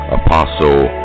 apostle